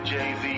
Jay-Z